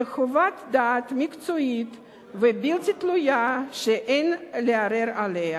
כחוות-דעת מקצועית ובלתי תלויה שאין לערער עליה.